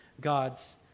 God's